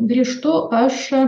grįžtu aš